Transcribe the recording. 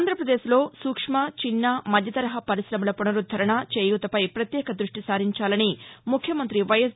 ఆంధ్రప్రదేశ్ లో సూక్ష్మి చిన్న మధ్య తరహా పరిశమల పునరుద్దరణ చేయూతపై పత్యేక ద్బష్షి సారించాలని ముఖ్యమంత్రి వైఎస్